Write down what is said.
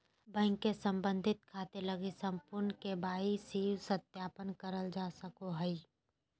bank से संबंधित खाते लगी संपूर्ण के.वाई.सी सत्यापन करल जा हइ